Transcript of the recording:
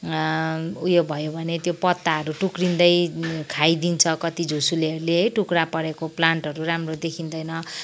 उयो भयो भने त्यो पत्ताहरू टुक्रिँदै खाइदिन्छ कति झुसुलेहरूले है टुक्रा परेको प्लान्टहरू राम्रो देखिँदैन